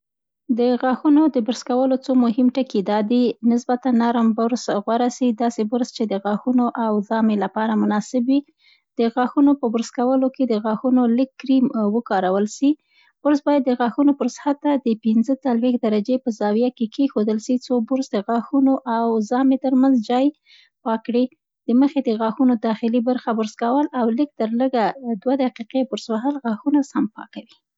د غاښونو د برس کولو څو مهم ټکي دا دي. نسبتا نرم برس غوره سي داسې برس چې د غاښونو او زامې لپاره مناسب وي. د غاښونو په برس کولو کې د غاښونو لیږ کریم وکارول سي. برس باید د غاښونو پر سطحه د پنځه څلوېښت درجې په زاویه کې کیښودل سي، څو برس د غاښونو او زامې ترمنځ جای پاک کړي. د مخې د غاښونو داخلي برخه برس کول او لږ تر لږه دوه دقیقې برس وهل غاښونه سم پاکوي.